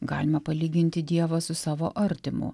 galima palyginti dievą su savo artimu